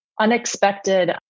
unexpected